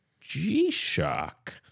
G-Shock